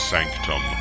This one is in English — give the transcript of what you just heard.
Sanctum